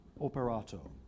operato